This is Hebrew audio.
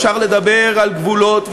אפשר לדבר על גבולות,